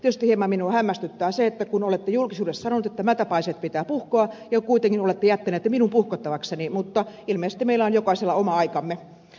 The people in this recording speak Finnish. tietysti minua hieman hämmästyttää se että kun olette julkisuudessa sanonut että mätäpaiseet pitää puhkoa niin kuitenkin olette jättänyt ne minun puhkottavikseni mutta ilmeisesti meillä on jokaisella oma aikamme